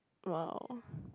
!wow!